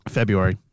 February